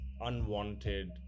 unwanted